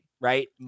right